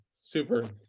Super